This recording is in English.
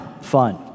fun